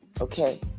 Okay